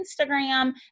instagram